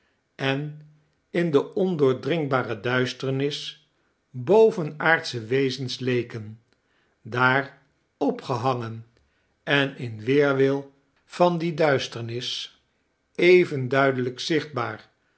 en in de ondoordringbare duisternis bovanaardsehe wezens leken daar opgehangen en in weerwil van die duisternis even duidelijk zichtbaar